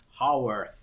hallworth